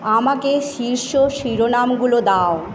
আমাকে শীর্ষ শিরোনামগুলো দাও